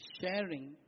sharing